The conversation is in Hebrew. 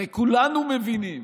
הרי כולנו מבינים